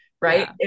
right